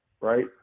right